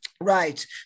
Right